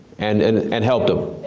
and and and helped him.